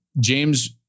James